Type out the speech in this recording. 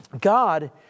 God